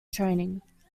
training